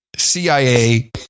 CIA